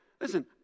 Listen